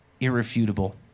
irrefutable